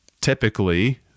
typically